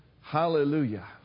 Hallelujah